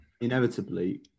Inevitably